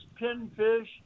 pinfish